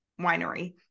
winery